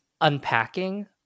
unpacking